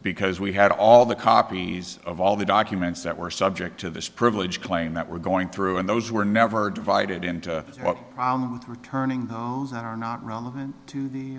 because we had all the copies of all the documents that were subject to this privilege claim that we're going through and those were never divided into what returning are not relevant to the